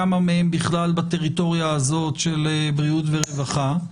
כמה מהם בכלל בטריטוריה הזאת של בריאות ורווחה,